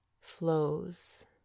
flows